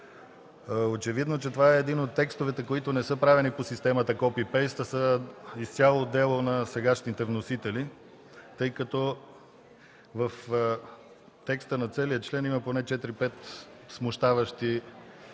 Очевидно, че това е един от текстовете, които не са правени по системата копи-пейст, а са изцяло дело на сегашните вносители, тъй като в текста на целия член има поне 4-5 смущаващи